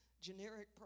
generic